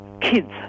kids